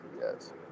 Yes